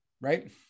right